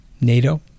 NATO